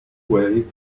way